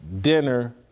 dinner